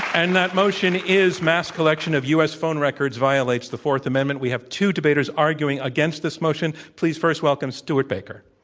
and that motion is mass collection of u. s. phone records violates the fourth amendment. we have two debaters arguing against this motion. please first welcome stewart baker.